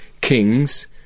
Kings